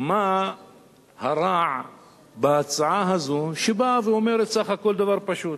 מה הרע בהצעה הזאת, שבאה ואומרת סך הכול דבר פשוט: